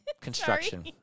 Construction